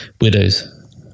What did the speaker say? Widows